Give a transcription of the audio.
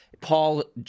Paul